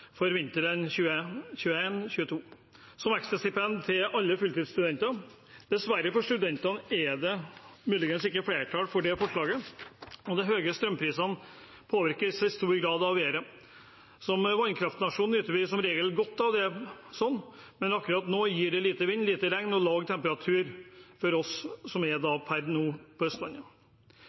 for vinteren 2021/2022, som et ekstrastipend til alle fulltidsstudenter. Dessverre for studentene er det muligens ikke flertall for det forslaget. De høye strømprisene påvirkes i stor grad av været. Som vannkraftnasjon nyter vi som regel godt av det, men akkurat nå er det lite vind, lite regn og lav temperatur hos oss som er på Østlandet. De neste ti årene kan bli avgjørende for hvordan det blir å leve på